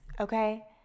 okay